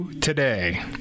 today